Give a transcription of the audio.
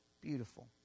Beautiful